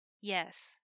yes